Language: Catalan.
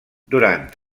durant